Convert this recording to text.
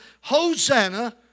Hosanna